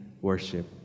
worship